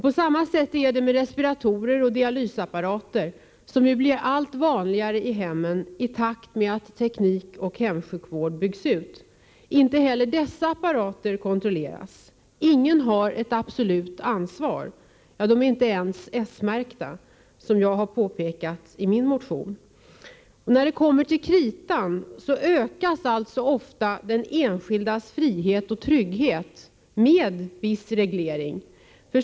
På samma sätt är det med respiratorer och dialysapparater, som ju blir allt vanligare i hemmen i takt med att teknik och hemsjukvård byggs ut. Inte heller dessa apparater kontrolleras, ingen har ett absolut ansvar — ja, de är inte ens S-märkta, som jag påpekat i min motion. När det kommer till kritan ökas alltså ofta den enskildes frihet och trygghet med viss reglering.